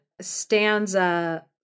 stanza